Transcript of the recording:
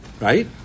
Right